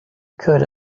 could